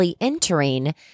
entering